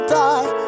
die